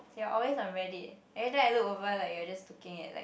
you're always on Reddit every time I look over like you're just looking at like